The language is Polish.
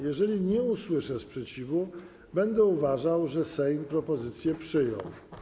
Jeżeli nie usłyszę sprzeciwu, będę uważał, że Sejm propozycję przyjął.